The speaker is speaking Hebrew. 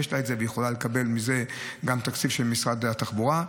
והיא יכולה לקבל מזה גם תקציב של משרד התחבורה.